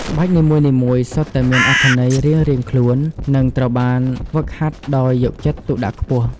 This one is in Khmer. ក្បាច់នីមួយៗសុទ្ធតែមានអត្ថន័យរៀងៗខ្លួន និងត្រូវបានហ្វឹកហាត់ដោយយកចិត្តទុកដាក់ខ្ពស់។